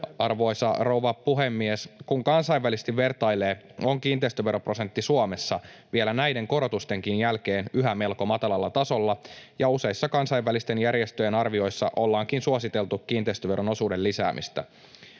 Arvoisa rouva puhemies! Kun kansainvälisesti vertailee, on kiinteistöveroprosentti Suomessa vielä näiden korotustenkin jälkeen yhä melko matalalla tasolla, ja useissa kansainvälisten järjestöjen arvioissa ollaankin suositeltu kiinteistöveron osuuden lisäämistä.